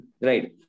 Right